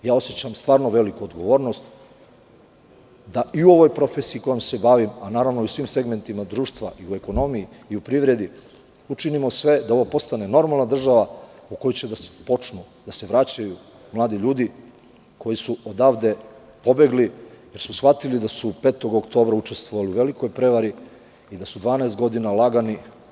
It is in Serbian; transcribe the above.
Osećam stvarno veliku odgovornost da i u ovoj profesiji kojom se bavim, a i u svim segmentima društva, ekonomiji, privredi učinimo sve da ovo postane normalna država u koju će početi da se vraćaju mladi ljudi koji su odavde pobegli jer su shvatili da su 5. oktobra učestvovali u velikoj prevari i su 12 godina lagani.